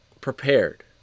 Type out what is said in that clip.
prepared